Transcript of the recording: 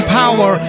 power